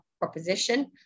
proposition